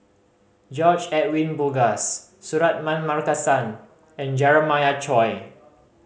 George Edwin Bogaars Suratman Markasan and Jeremiah Choy